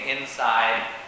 inside